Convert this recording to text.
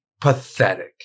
pathetic